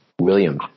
William